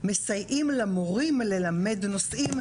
מסייעים למורים ללמד נושאים,